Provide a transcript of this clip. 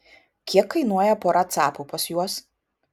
kiek kainuoja pora capų pas juos